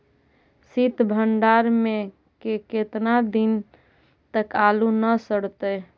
सित भंडार में के केतना दिन तक आलू न सड़तै?